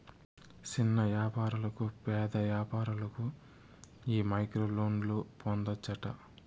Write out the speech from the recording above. సిన్న యాపారులకు, పేద వ్యాపారులకు ఈ మైక్రోలోన్లు పొందచ్చట